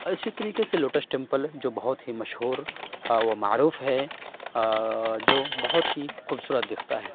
اور اسی طریقے سے لوٹس ٹیمپل جو بہت ہی مشہور و معروف ہے جو بہت ہی خوبصورت دکھتا ہے